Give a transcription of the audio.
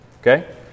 okay